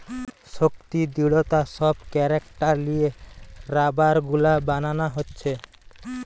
শক্তি, দৃঢ়তা সব ক্যারেক্টার লিয়ে রাবার গুলা বানানা হচ্ছে